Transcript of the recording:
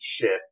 shift